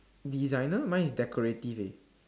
designer mine is decorative